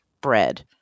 bread